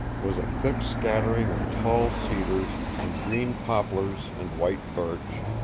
was a thick scattering of tall cedars and green poplars and white birch,